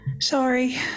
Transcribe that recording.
Sorry